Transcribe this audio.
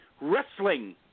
wrestling